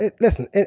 listen